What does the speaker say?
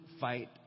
fight